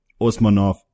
Osmanov